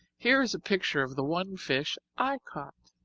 here is a picture of the one fish i caught.